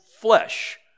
flesh